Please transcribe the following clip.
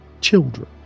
children